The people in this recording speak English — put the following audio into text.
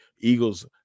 Eagles